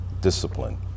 discipline